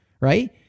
right